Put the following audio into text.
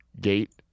gate